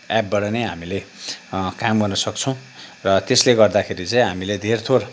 एपबाट नै हामीले काम गर्न सक्छौँ र त्यसले गर्दा चाहिँ हामीले धेर थोर